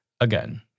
Again